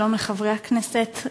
שלום לחברי הכנסת,